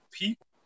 people